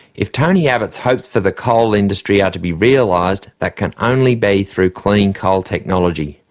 if tony abbott's hopes for the coal industry are to be realised, that can only be through clean coal technology.